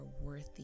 worthy